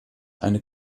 eine